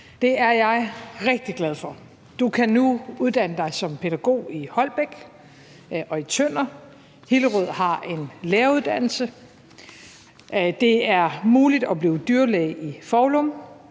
Det er jeg rigtig glad for. Du kan nu uddanne dig som pædagog i Holbæk og i Tønder. Hillerød har en læreruddannelse. Det er muligt at blive dyrlæge i Foulum